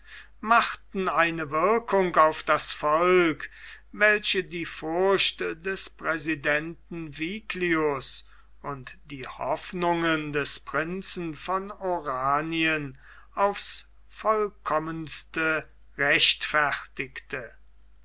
machten eine wirkung auf das volk welche die furcht des präsidenten viglius und die hoffnungen des prinzen von oranien aufs vollkommenste rechtfertigte